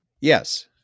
Yes